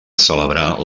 celebrar